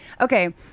okay